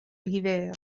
l’hiver